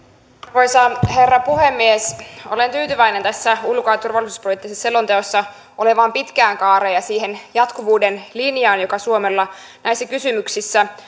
arvoisa herra puhemies olen tyytyväinen tässä ulko ja turvallisuuspoliittisessa selonteossa olevaan pitkään kaareen ja siihen jatkuvuuden linjaan joka suomella näissä kysymyksissä